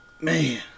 man